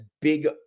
big